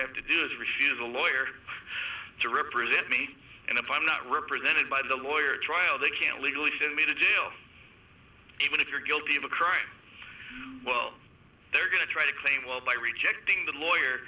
have to do is a regime of a lawyer to represent me and if i'm not represented by the lawyer trial they can't legally tell me to even if you're guilty of a crime well they're going to try to claim well by rejecting the lawyer